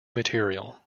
material